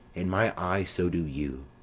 in my eye so do you.